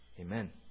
amen